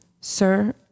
Sir